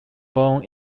born